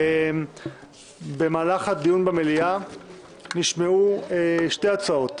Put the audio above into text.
במהלך הדיון במליאה נשמעו שתי הצעות: